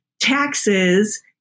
taxes